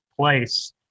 place